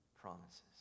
promises